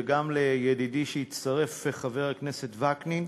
וגם לידידי שהצטרף, חבר הכנסת וקנין.